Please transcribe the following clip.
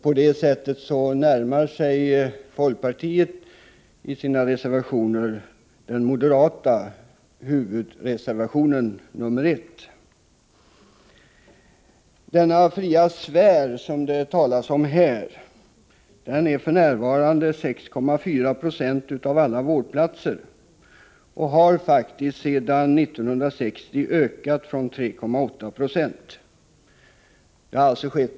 På det sättet närmar sig folkpartiet i sina reservationer den moderata huvudreservationen, nr 1. Denna fria sfär, som det talas om här, är för närvarande 6,4 96 av alla vårdplatser. Sedan 1960 har det faktiskt skett en ökning från 3,8 20.